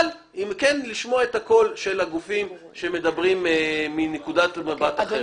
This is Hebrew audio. אבל עם אפשרות לשמוע את הקול של הגופים שמדברים מנקודת מבט אחרת.